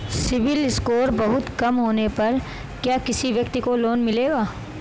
CIBIL score बहुत कम होने पर क्या किसी व्यक्ति को लोंन मिलेगा?